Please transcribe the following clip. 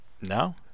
No